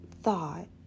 thought